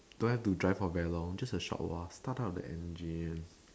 don't have to drive for very long just a short while start up the engine